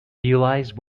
realize